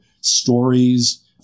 stories